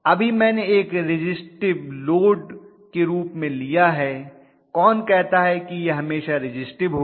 अभी मैंने एक रिज़िस्टिव लोड के रूप में लिया कौन कहता है कि यह हमेशा रिज़िस्टिव होगा